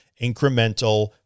incremental